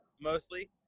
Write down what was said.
mostly